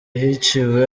hiciwe